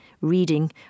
reading